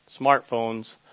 smartphones